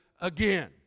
again